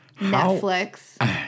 Netflix